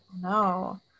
No